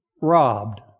robbed